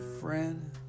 friend